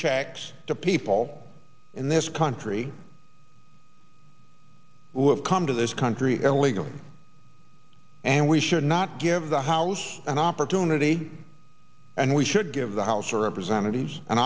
checks to people in this country who have come to this country illegally and we should not give the house an opportunity and we should give the house of represent